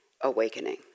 awakening